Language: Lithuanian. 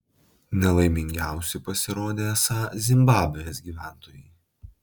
nelaimingiausi pasirodė esą zimbabvės gyventojai